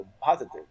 positive